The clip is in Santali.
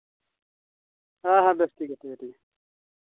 ᱦᱮᱸ ᱦᱮᱸ ᱵᱮᱥ ᱴᱷᱤᱠ ᱜᱮᱭᱟ ᱴᱷᱤᱠ ᱜᱮᱭᱟ